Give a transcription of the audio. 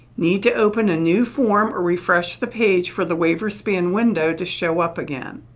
need to open a new form or refresh the page for the waiver span window to show up again.